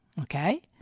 Okay